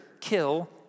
kill